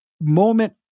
moment